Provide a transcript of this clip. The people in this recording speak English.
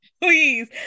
please